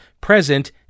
present